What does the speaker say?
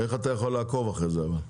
איך אתה יכול לעקוב אחרי זה אבל?